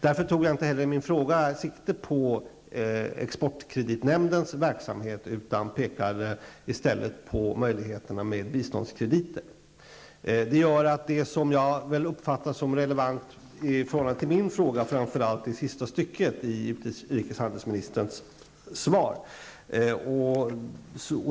Därför tog jag inte heller i min fråga sikte på exportkreditnämndens verksamhet, utan pekade i stället på möjligheterna med biståndskrediter. Det som jag uppfattade som relevant för min fråga är framför allt det sista stycket i utrikeshandelsministerns svar.